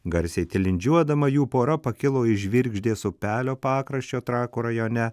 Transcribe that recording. garsiai tilindžiuodama jų pora pakilo į žvirgždės upelio pakraščio trakų rajone